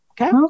Okay